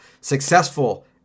Successful